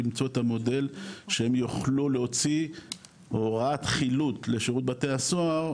למצוא את המודל שהם יוכלו להוציא הוראת חילוט לשירות בתי הסוהר,